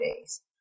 days